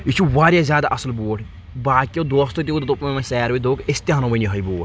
یہِ چھُ واریاہ زیادٕ اصٕل بوٹھ باقٕیو دوستو تہٕ ووٚن دۄپکھ وۄنۍ ساروے دوبٚپکھ أسۍ یہِ انو وۄنۍ یوہے بوٹھ